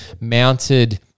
mounted